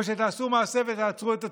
או שתעשו מעשה ותעצרו את הטירוף?